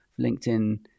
LinkedIn